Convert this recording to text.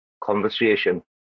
conversation